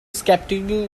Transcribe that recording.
skeptical